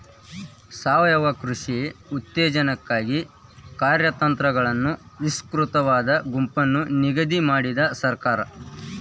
ಸಾವಯವ ಕೃಷಿ ಉತ್ತೇಜನಕ್ಕಾಗಿ ಕಾರ್ಯತಂತ್ರಗಳನ್ನು ವಿಸ್ತೃತವಾದ ಗುಂಪನ್ನು ನಿಗದಿ ಮಾಡಿದೆ ಸರ್ಕಾರ